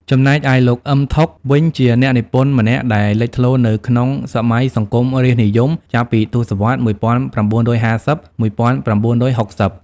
ចំណែកឯលោក អ៊ឹម ថុក វិញជាអ្នកនិពន្ធម្នាក់ដែលលេចធ្លោនៅក្នុងសម័យសង្គមរាស្ត្រនិយម ចាប់ពីទសវត្សរ៍ ១៩៥០-១៩៦០។